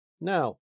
Now